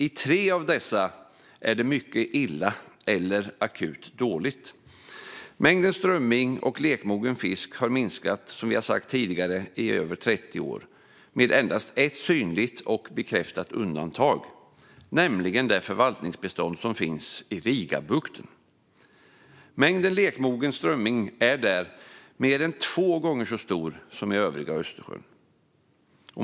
I tre av dessa är läget mycket illa eller akut dåligt. Mängden strömming och lekmogen fisk har som sagt minskat i över 30 år med endast ett synligt och bekräftat undantag, nämligen det förvaltningsbestånd som finns i Rigabukten. Mängden lekmogen strömming där är mer än två gånger så stor som i övriga Östersjön.